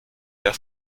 der